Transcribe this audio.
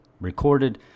recorded